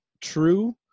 true